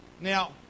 Now